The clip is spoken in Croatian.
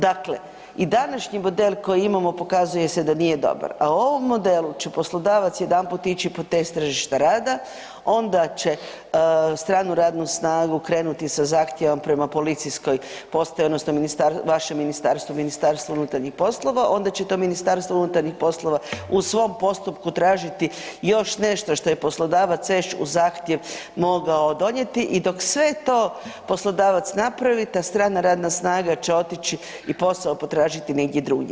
Dakle i današnji model koji imamo pokazuje se da nije dobar, a u ovom modelu će poslodavac jedanput ići po test tržišta rada, onda će stranu radnu snagu krenuti sa zahtjevom prema policijskoj postaji odnosno vašem ministarstvu, MUP-u, onda će to MUP u svom postupku tražiti još nešto što je poslodavac već uz zahtjev mogao donijeti i dok sve to poslodavac napravi ta strana radna snaga će otići i posao potražiti negdje drugdje.